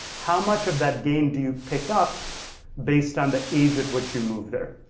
how much of that gain do you pick up based on the age at which you moved there?